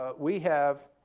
but we have